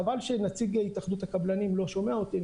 חבל שנציג התאחדות הקבלנים לא שומע אותי,